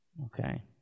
Okay